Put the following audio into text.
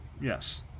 Yes